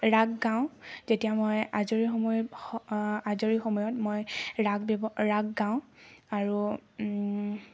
ৰাগ গাওঁ যেতিয়া মই আজৰি সময় আজৰি সময়ত মই ৰাগ দিব গাওঁ আৰু